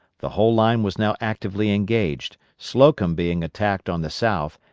the whole line was now actively engaged, slocum being attacked on the south,